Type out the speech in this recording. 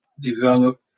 develop